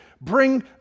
bring